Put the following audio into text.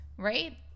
right